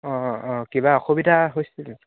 অঁ অঁ কিবা অসুবিধা হৈছিল